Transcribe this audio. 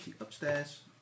upstairs